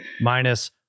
minus